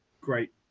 great